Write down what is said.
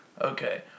Okay